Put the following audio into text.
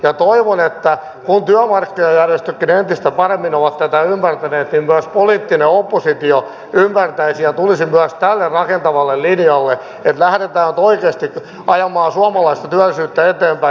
ja toivon että kun työmarkkinajärjestötkin entistä paremmin ovat tätä ymmärtäneet niin myös poliittinen oppositio ymmärtäisi ja tulisi myös tälle rakentavalle linjalle että lähdetään nyt oikeasti ajamaan suomalaista työllisyyttä eteenpäin